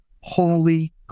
holy